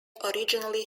originally